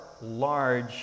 large